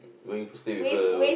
going to stay with her